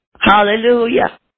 Hallelujah